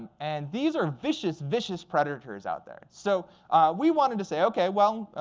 and these are vicious, vicious predators out there. so we wanted to say, ok, well,